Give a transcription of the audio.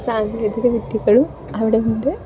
സാങ്കേതിക വിദ്യകളും അവിടെ ഉണ്ട്